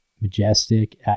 majestic